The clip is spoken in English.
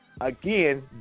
again